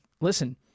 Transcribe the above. listen